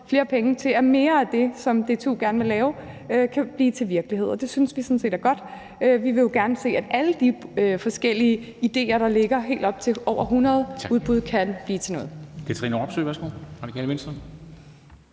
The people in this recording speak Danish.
flere penge til, at mere af det, som DTU gerne vil lave, kan blive til virkelighed. Det synes vi sådan set er godt. Vi vil jo gerne se, at alle de forskellige ideer, der ligger – helt op til over hundrede udbud – kan blive til noget.